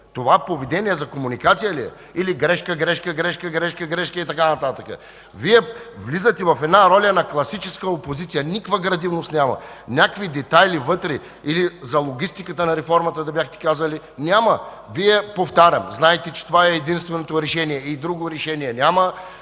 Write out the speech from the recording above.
Това поведение за комуникация ли е? Или – грешка, грешка, грешка и така нататък! Вие влизате в роля на класическа опозиция, никаква градивност няма. Някакви детайли за логистиката на реформата да бяхте казали! Няма! Повтарям: Вие знаете, че това е единственото решение и друго решение няма.